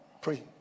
pray